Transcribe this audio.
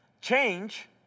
change